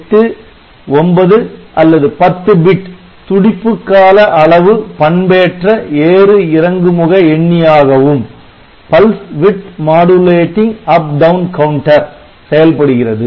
8 9 அல்லது 10 பிட் "துடிப்பு கால அளவு பண்பேற்ற ஏறு இறங்கு முக எண்ணியாகவும்" Pulse Width Modulating UpDown Counter செயல்படுகிறது